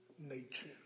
nature